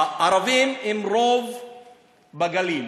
הערבים הם רוב בגליל,